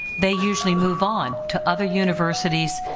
they usually move on to other universities,